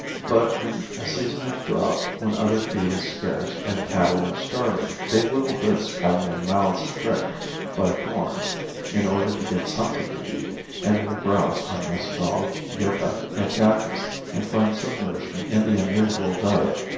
but in a season of drought when other feed is scarce and cattle are starving they will risk having their mouths pricked by thorns in order to get something to eat and will browse on mescal, yucca and cactus and find some nourishment in the unusual diet,